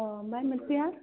औ आमफ्राय मोनसेया